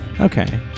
Okay